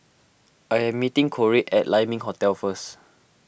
I am meeting Korey at Lai Ming Hotel first